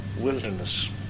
wilderness